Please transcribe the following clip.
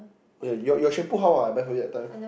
oh ya your shampoo how ah I buy for you that time